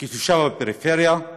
כתושב הפריפריה,